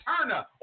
Turner